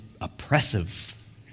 oppressive